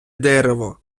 дерево